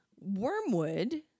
Wormwood